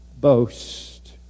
boast